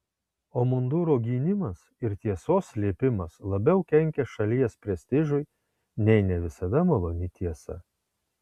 o munduro gynimas ir tiesos slėpimas labiau kenkia šalies prestižui nei ne visada maloni tiesa